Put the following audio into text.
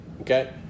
Okay